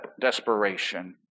desperation